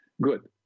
good